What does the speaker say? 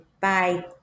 bye